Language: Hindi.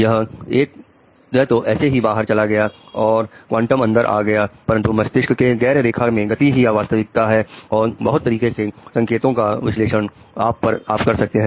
यह तो ऐसे ही बाहर चला गया और क्वांटम अंदर आ गया परंतु मस्तिष्क में गैर रेखा के गति ही वास्तविकता है और बहुत तरीके के संकेतों का विश्लेषण आप कर सकते हैं